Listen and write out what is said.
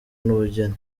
n’ubugeni